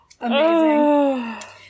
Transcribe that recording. Amazing